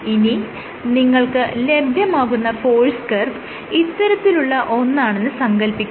ഇനി നിങ്ങൾക്ക് ലഭ്യമാകുന്ന ഫോഴ്സ് കർവ് ഇത്തരത്തിലുള്ള ഒന്നാണെന്ന് സങ്കൽപ്പിക്കുക